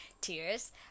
tears